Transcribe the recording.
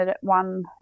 one